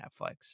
netflix